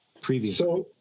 previously